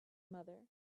mother